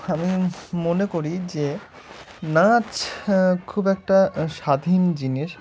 আমি মনে করি যে নাচ খুব একটা স্বাধীন জিনিস